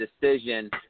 decision